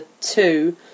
two